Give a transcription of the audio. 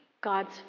God's